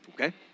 okay